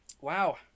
wow